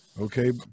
Okay